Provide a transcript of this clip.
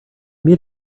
meet